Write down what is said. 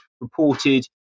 reported